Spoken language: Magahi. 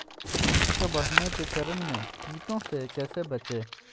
मिर्च के बढ़ने के चरण में कीटों से कैसे बचये?